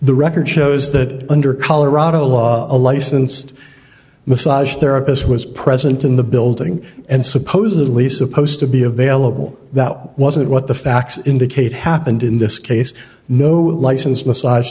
the record shows that under colorado law a licensed massage therapist was present in the building and supposedly supposed to be available that wasn't what the facts indicate happened in this case no licensed massage